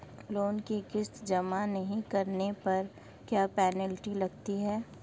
Loan की किश्त जमा नहीं कराने पर क्या पेनल्टी लगती है?